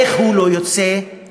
איך הוא לא יוצא בחרבו.